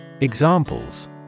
Examples